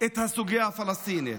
את הסוגיה הפלסטינית.